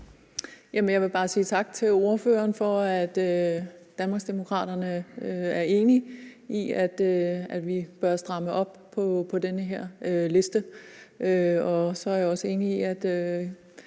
Jeg vil bare sige tak til ordføreren for, at Danmarksdemokraterne er enige i, at vi bør stramme op på den her liste. Og så er jeg også enig i, at